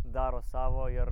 daro savo ir